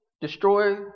destroy